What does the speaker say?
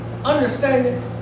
understanding